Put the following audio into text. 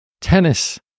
tennis